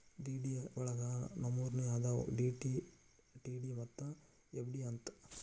DD ವಳಗ ಮೂರ್ನಮ್ನಿ ಅದಾವು ಡಿ.ಡಿ, ಟಿ.ಡಿ ಮತ್ತ ಎಫ್.ಡಿ ಅಂತ್